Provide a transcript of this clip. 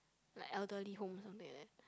like elderly home or something like that